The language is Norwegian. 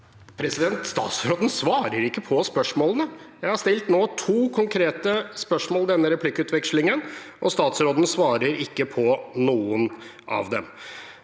Statsråden svarer ikke på spørsmålene! Jeg har nå stilt to konkrete spørsmål i denne replikkvekslingen, og statsråden svarer ikke på noen av dem.